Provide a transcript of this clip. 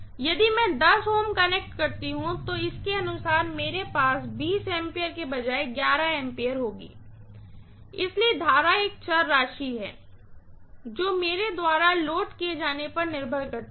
यदि मैं 10 Ω कनेक्ट करता हूं तो इसके अनुसार मेरे पास 20 A के बजाय केवल 11 A होगा इसलिए करंट एक वेरिएबल राशि है जो मेरे द्वारा लोड किए जाने पर निर्भर करता है